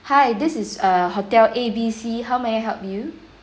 hi this is err hotel A B C how may I help you